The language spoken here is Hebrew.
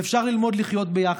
ואפשר ללמוד לחיות ביחד.